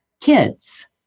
kids